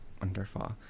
Wonderful